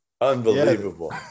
unbelievable